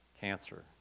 cancer